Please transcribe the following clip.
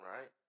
Right